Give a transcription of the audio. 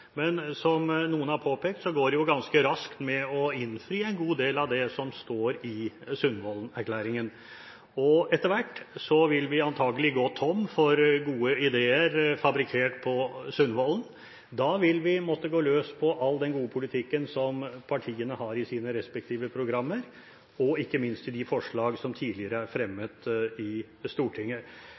Men som noen har påpekt: Det går ganske raskt når det gjelder å innfri en god del av det som står i Sundvolden-erklæringen. Etter hvert vil vi antakelig gå tomme for gode ideer fabrikkert på Sundvollen. Da vil vi måtte gå løs på all den gode politikken som partiene har i sine respektive programmer, og ikke minst på de forslag som er fremmet i Stortinget